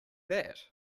that